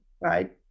right